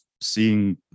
seeing